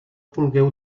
vulgueu